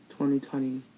2020